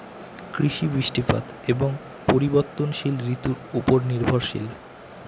কৃষি বৃষ্টিপাত এবং পরিবর্তনশীল ঋতুর উপর নির্ভরশীল